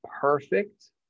perfect